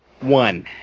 One